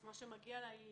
מה שמגיע לה היא